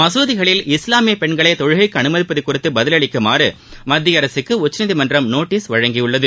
மசூதிகளில் இஸ்லாமிய பெண்களை தொழுகைக்கு அனுமதிப்பது குறித்து பதிலளிக்குமாறு மத்திய அரசுக்கு உச்சநீதிமன்றம் நோட்டஸ் வழங்கியுள்ளது